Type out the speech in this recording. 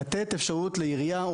לתת אפשרות לעירייה,